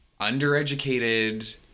Undereducated